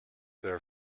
their